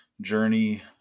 journey